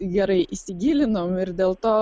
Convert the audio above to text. gerai įsigilinom ir dėl to